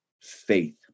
Faith